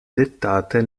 dettate